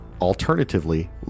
Alternatively